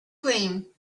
cream